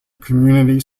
community